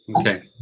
Okay